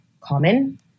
common